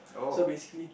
so basically